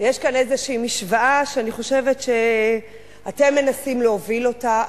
ויש כאן איזו משוואה שאני חושבת שאתם מנסים להוביל אותה,